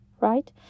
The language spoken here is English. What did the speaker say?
right